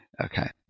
Okay